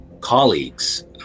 colleagues